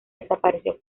desapareció